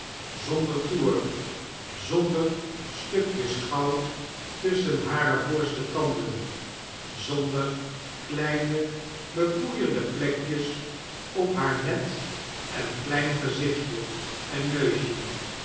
zonder toer zonder stukjes goud tusschen hare voorste tanden zonder kleine bepoeierde plekjes op haar net en klein gezichtje en neusje